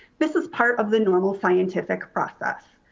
this is part of the normal scientific process.